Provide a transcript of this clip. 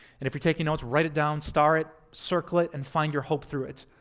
and if you're taking notes, write it down, star it, circle it, and find your hope through it.